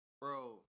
Bro